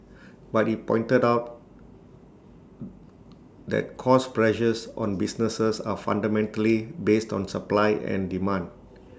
but he pointed out that cost pressures on businesses are fundamentally based on supply and demand